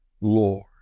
Lord